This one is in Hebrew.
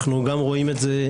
אנחנו רואים את זה,